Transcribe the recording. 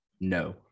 No